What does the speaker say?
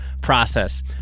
process